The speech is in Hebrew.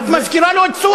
את מזכירה לו את סוריה.